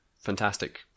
fantastic